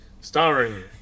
starring